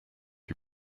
you